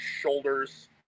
shoulders